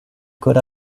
good